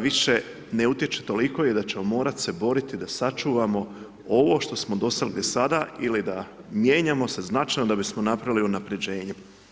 više ne utječe toliko i da ćemo morati se boriti da sačuvamo ovo što smo dosegli do sada ili da mijenjamo se značajno da bismo napravili unaprjeđenje.